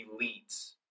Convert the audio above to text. elites